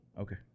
Okay